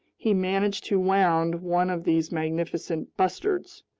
he managed to wound one of these magnificent bustards.